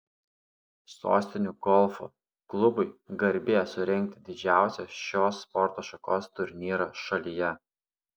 sostinių golfo klubui garbė surengti didžiausią šios sporto šakos turnyrą šalyje